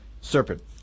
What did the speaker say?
serpent